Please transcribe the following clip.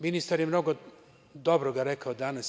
Ministar je mnogo dobrog rekao danas.